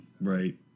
right